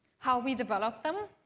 how we developed them,